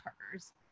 partners